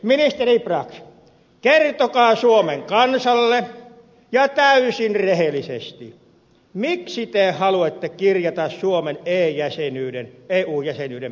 ministeri brax kertokaa suomen kansalle ja täysin rehellisesti miksi te haluatte kirjata suomen eu jäsenyyden perustuslakiin